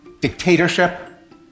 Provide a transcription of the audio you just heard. dictatorship